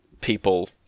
people